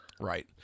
Right